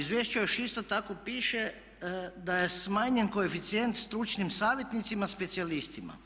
U izvješću još isto tako piše da je smanjen koeficijent stručnim savjetnicima, specijalistima.